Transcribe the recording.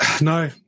no